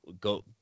go